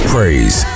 Praise